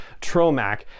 Tromac